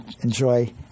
enjoy